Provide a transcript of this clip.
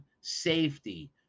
safety